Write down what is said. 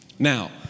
Now